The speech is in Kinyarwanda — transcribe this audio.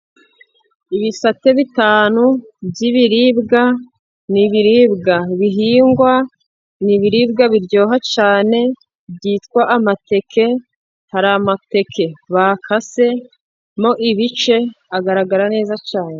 Ibisate bitanu by'ibiribwa n'ibiribwa bihingwa, ni ibiribwa biryoha cyane ,byitwa amateke . Hari amateke bakase mo ibice agaragara neza cyane.